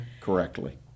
correctly